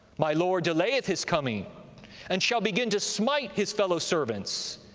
my lord delayeth his coming and shall begin to smite his fellowservants,